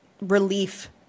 relief